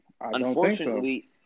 Unfortunately